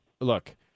look